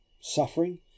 suffering